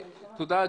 תודה,